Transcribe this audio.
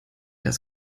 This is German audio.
das